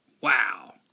wow